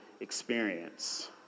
experience